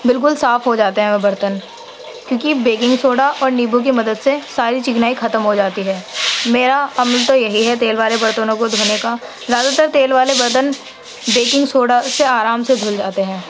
بالکل صاف ہو جاتے ہیں وہ برتن کیوں کہ بیکنگ سوڈا اور نیبو کی مدد سے ساری چکنائی ختم ہو جاتی ہے میرا عمل تو یہی ہے تیل والے برتنوں کو دھونے کا زیادہ تر تیل والے برتن بیکنگ سوڈا سے آرام سے دھل جاتے ہیں